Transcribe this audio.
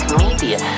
media